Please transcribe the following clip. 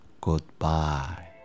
goodbye